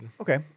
Okay